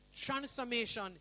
Transformation